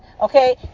Okay